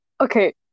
Okay